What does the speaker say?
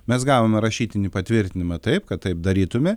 mes gavome rašytinį patvirtinimą taip kad taip darytume